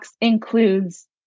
includes